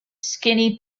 skinny